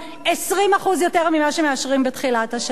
20% יותר ממה שמאשרים בתחילת השנה.